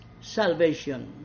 salvation